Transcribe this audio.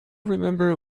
remember